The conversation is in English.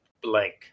Blank